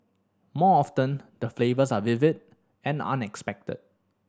more often the flavours are vivid and unexpected